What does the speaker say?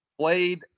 played